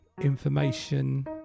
Information